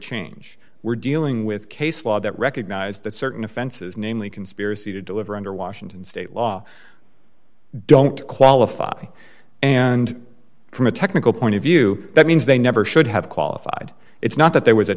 change we're dealing with case law that recognized that certain offenses namely conspiracy to deliver under washington state law don't qualify and from a technical point of view that means they never should have qualified it's not that there was a